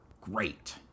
great